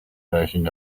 version